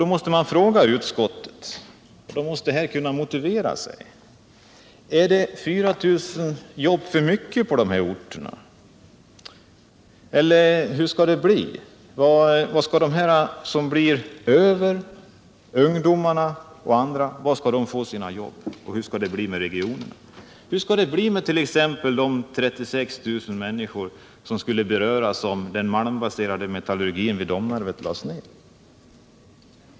Då måste jag fråga utskottet: Finns det f. n. 4 000 för många jobb i de här orterna, eller hur skall det bli? Var skall de ungdomar och andra som blir över få jobb? Hur skall det bli med regionerna? Hur skall det bli med t.ex. de 36 000 människor som skulle beröras, om den malmbaserade metallurgin i Domnarvet lades ned?